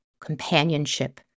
companionship